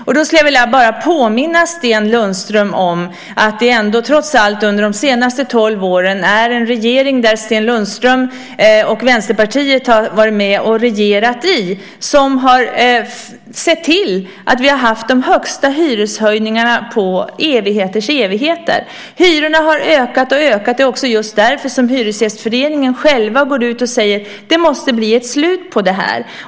Jag skulle bara vilja påminna Sten Lundström om att vi trots allt under de senaste tolv åren haft en regering som Sten Lundström och Vänsterpartiet varit med och regerat i och som sett till att vi fått de högsta hyreshöjningarna på evigheters evigheter. Hyrorna har ökat och ökat. Det är också just därför som Hyresgästföreningen själv går ut och säger att det måste bli ett slut på detta.